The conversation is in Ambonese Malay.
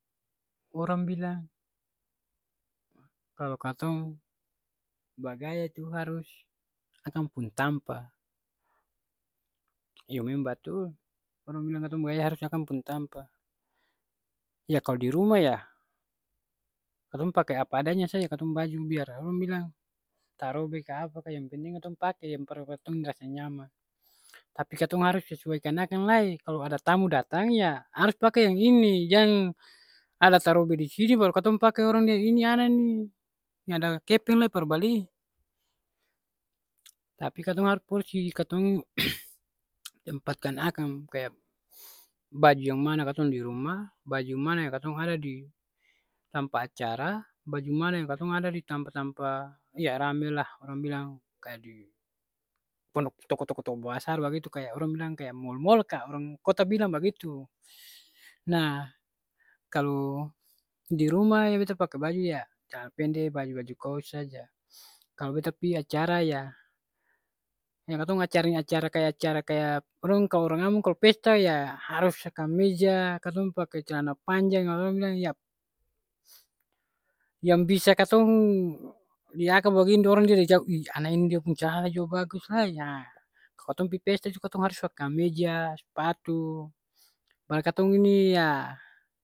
Orang bilang kalo katong bagaya tu harus akang pung tampa. Iyo memang batul. Orang bilang katong bagaya harus akang pung tampa. Ya kalo di rumah yah katong pake apa adanya saja, katong baju biar orang bilang tarobe ka apa ka yang penting katong pake. Yang par katong rasa nyaman. Tapi katong harus sesuaikan akang lai kalo ada tamu datang ya harus pake yang ini, jang ada tarobe di sini baru katong pake orang lia ini ana ni seng ada kepeng lai par bali. Tapi katong harus porsi, katong tempatkan akang, kaya baju yang mana katong di rumah, baju mana yang katong ada di tampa acara, baju mana yang katong ada di tampa-tampa ya rame lah, kaya di pondok, toko-toko basar bagitu kaya orang bilang kaya mall-mall ka, orang kota bilang bagitu. Nah, kalo di rumah ya beta pake baju ya calana pende baju-baju kous saja. Kalo beta pi acara ya, yang katong acara-acara kaya acara kaya orang kalo orang ambon kalo pesta ya harus kameja, katong pake calana panjang, kalo orang bilang ya, yang bisa katong lia akang bagini orang lia dari jauh, uih ana ini dia pung calana jua bagus lai. Ha, kalo pi pesta tu katong harus pake kameja, spatu, baru katong ini yah